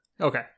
Okay